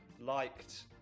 liked